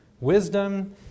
wisdom